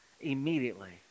immediately